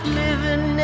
living